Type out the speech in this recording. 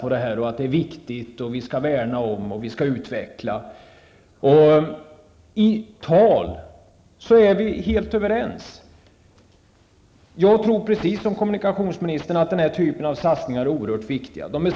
Det sägs att det och det är viktigt, att vi skall värna det och det, att vi skall utveckla osv. Om orden är vi helt överens. Jag tror precis som kommunikationsministern att satsningar av nämnda typ är oerhört viktiga.